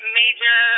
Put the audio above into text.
major